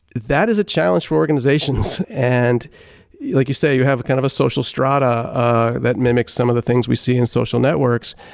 that is a challenge for organizations and like you say, you have a kind of a social strata ah that mimics some of the things that we see in social networks.